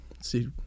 see